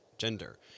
gender